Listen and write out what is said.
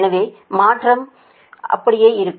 எனவே மற்றவை அப்படியே இருக்கும்